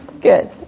Good